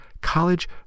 College